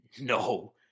No